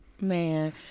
Man